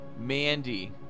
Mandy